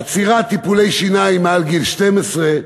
עצירת טיפולי שיניים מעל גיל 12,